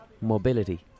mobility